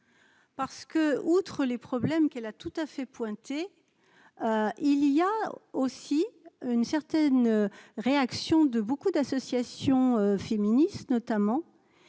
Parce que, outre les problèmes qu'elle a tout à fait pointer il y a aussi une certaine réaction de beaucoup d'associations féministes notamment